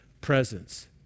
presence